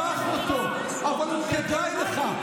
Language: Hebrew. קח אותו, אל תיתן לי, הוא כדאי לך.